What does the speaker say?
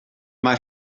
mae